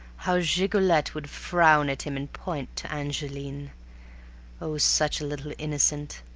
how gigolette would frown at him and point to angeline oh, such a little innocent,